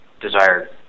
desired